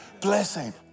blessing